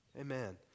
Amen